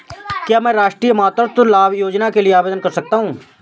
क्या मैं राष्ट्रीय मातृत्व लाभ योजना के लिए आवेदन कर सकता हूँ?